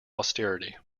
austerity